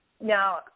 Now